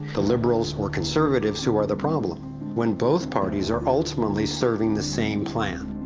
the liberals or conservatives who are the problem when both parties are ultimately serving the same plan.